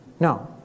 No